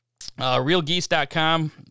realgeese.com